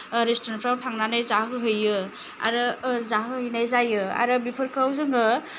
रेस्टुरेन्टफ्राव थांनानै जाहोहैयो आरो जाहोहैनाय जायो आरो बेफोरखौ जोङो